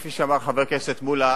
כפי שאמר חבר הכנסת מולה,